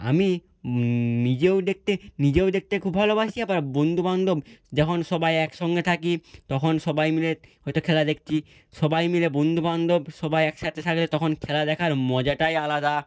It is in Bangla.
আমি নিজেও দেখতে নিজেও দেখতে খুব ভালোবাসি আবার বন্ধুবান্ধব যখন সবাই একসঙ্গে থাকি তখন সবাই মিলে হয়তো খেলা দেখছি সবাই মিলে বন্ধুবান্ধব সবাই একসাথে থাকলে তখন খেলা দেখার মজাটাই আলাদা